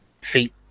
feet